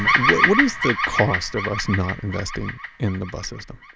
what what is the cost of us not investing in the bus system?